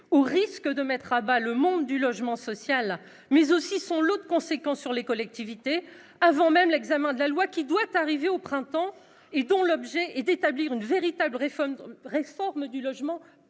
au risque de mettre à bas le monde du logement social, mais aussi avec son lot de conséquences sur les collectivités, avant même l'examen de la loi qui doit arriver au printemps et dont l'objet est d'établir une véritable réforme du logement